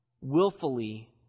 willfully